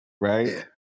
right